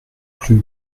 plus